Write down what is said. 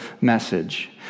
message